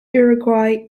uruguay